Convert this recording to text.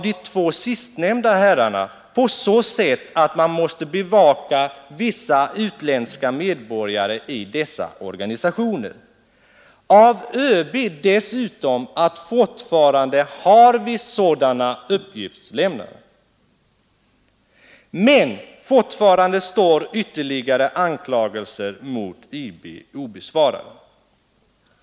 De två sistnämnda herrarna motiverar det med att man måste bevaka vissa utländska medborgare i dessa organisationer, och ÖB bekräftar dessutom att vi fortfarande har sådana uppgiftslämnare. Men fortfarande står ytterligare anklagelser mot IB obesvarade.